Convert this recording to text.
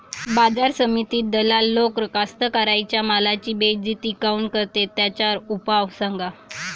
बाजार समितीत दलाल लोक कास्ताकाराच्या मालाची बेइज्जती काऊन करते? त्याच्यावर उपाव सांगा